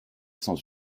sans